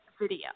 video